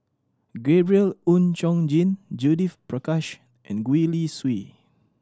Gabriel Oon Chong Jin Judith Prakash and Gwee Li Sui